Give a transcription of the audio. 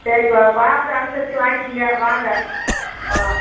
சரிப்பா பார்த்து அனுசரிச்சு வாங்கிக்கோங்க வாங்கப் போகலாம்